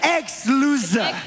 ex-loser